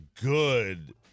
good